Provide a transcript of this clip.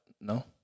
No